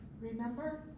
remember